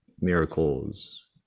miracles